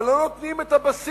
אבל לא נותנים את הבסיס.